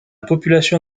population